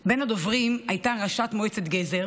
בין הדוברים הייתה ראשת מועצת גזר,